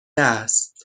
است